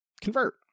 Convert